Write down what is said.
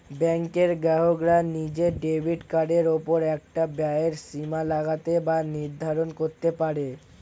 ব্যাঙ্কের গ্রাহকরা নিজের ডেবিট কার্ডের ওপর একটা ব্যয়ের সীমা লাগাতে বা নির্ধারণ করতে পারে